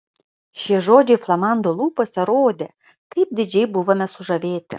šie žodžiai flamando lūpose rodė kaip didžiai buvome sužavėti